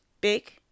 big